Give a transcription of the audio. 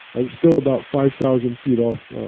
i was still about five thousand feet off